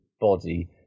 body